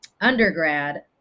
undergrad